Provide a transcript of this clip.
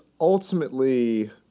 ultimately